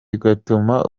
bigatuma